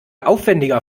aufwendiger